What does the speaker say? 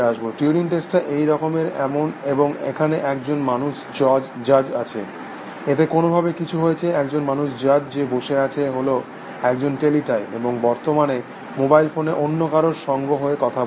Turing টেস্টটা এই রকমই এবং এখানে একজন মানুষ জজ আছে এতে কোনো ভাবে কিছু হয়েছে একজন মানুষ জজ যে বসে আছে হল একজন টেলিটাইপ এবং বর্তমানে মোবাইল ফোনে অন্য কারোর সঙ্গে হয়ত কথা বলছে